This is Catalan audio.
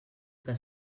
que